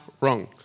wrong